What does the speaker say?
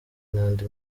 n’andi